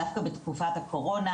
דווקא בתקופת הקורונה,